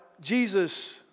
Jesus